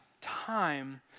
time